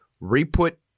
re-put